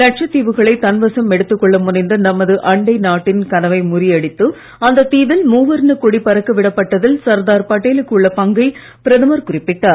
லட்சத் தீவுகளை தன்வசம் எடுத்துக் கொள்ள முனைந்த நமது அண்டை நாட்டின் கனவை முறியடித்து அந்தத் தீவில் மூவர்ணக் கொடி பறக்க விடப்பட்டதில் சர்தார் படேலுக்கு உள்ள பங்கை பிரதமர் குறிப்பிட்டார்